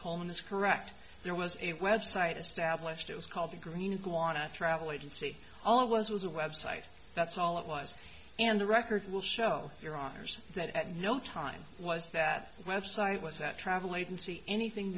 coleman is correct there was a website established it was called the green go on a travel agency all of us was a website that's all it was and the record will show your honour's that at no time was that website was a travel agency anything